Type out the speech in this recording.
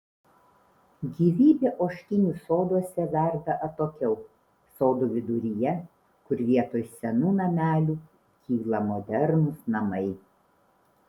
gyvybė ožkinių soduose verda atokiau sodų viduryje kur vietoj senų namelių kyla modernūs namai